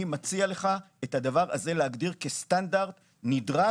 אני מציע לך להגדיר את הדבר הזה כסטנדרט נדרש,